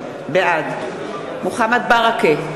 בעד מוחמד ברכה,